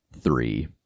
Three